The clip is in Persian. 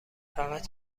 فقط